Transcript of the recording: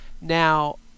Now